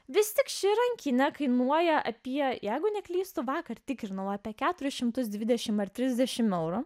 vis tik ši rankinė kainuoja apie jeigu neklystu vakar tikrinau apie keturis šimtus dvidešim ar trisdešim eurų